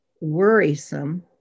worrisome